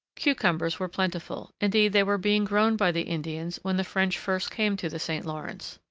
cucumbers were plentiful, indeed they were being grown by the indians when the french first came to the st lawrence.